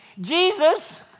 Jesus